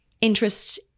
interests